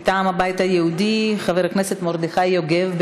מטעם הבית היהודי, חבר הכנסת מרדכי יוגב.